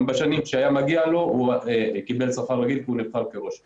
גם בשנים שהיה מגיע לו הוא קיבל שכר רגיל כי הוא נבחר כראש עיר.